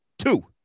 Two